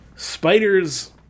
spiders